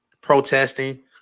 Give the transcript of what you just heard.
protesting